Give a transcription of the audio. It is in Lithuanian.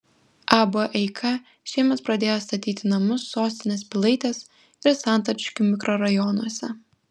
ab eika šiemet pradėjo statyti namus sostinės pilaitės ir santariškių mikrorajonuose